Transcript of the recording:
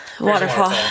waterfall